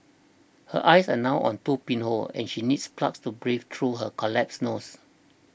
her eyes are now a two pinholes and she needs plugs to breathe through her collapsed nose